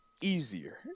easier